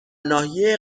ناحیه